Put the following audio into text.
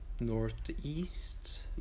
northeast